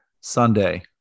Sunday